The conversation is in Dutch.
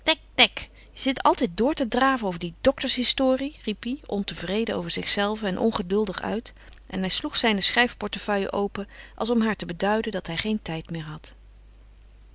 zit altijd door te draven over die doktershistorie riep hij ontevreden over zichzelven en ongeduldig uit en hij sloeg zijne schrijfportefeuille open als om haar te beduiden dat hij geen tijd meer had